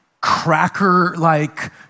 cracker-like